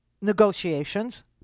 negotiations